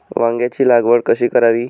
वांग्यांची लागवड कशी करावी?